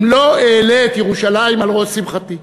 אם לא אעלה את ירושלים על ראש שמחתי.